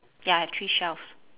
ya I have three shelves